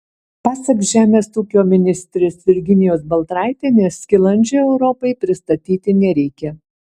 pasak žemės ūkio ministrės virginijos baltraitienės skilandžio europai pristatyti nereikia